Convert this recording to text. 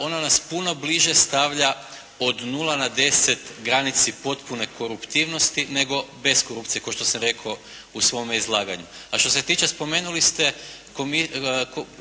ona nas puno bliže stavlja od 0 na 10 granici potpune koruptivnosti nego bez korupcije ko što sam rekao u svome izlaganju. A što se tiče spomenuli ste